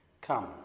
Come